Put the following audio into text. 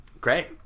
Great